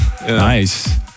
Nice